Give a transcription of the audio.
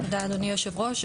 תודה, אדוני היושב-ראש.